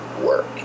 work